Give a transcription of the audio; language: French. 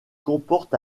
comporte